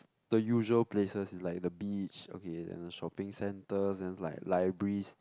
the usual places like the beach okay then the shopping centres then is like libraries